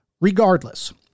regardless